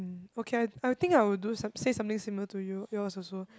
um okay I I will think I will do some say something similar to you yours also